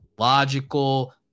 logical